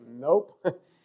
nope